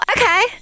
okay